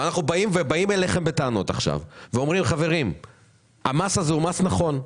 אנחנו באים אליכם בטענות עכשיו ואומרים שהמס הזה הוא מס נכון,